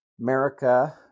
America